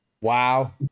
Wow